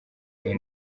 iyi